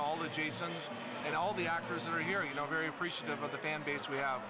all the jason and all the actors that are here you know very appreciative of the fan base we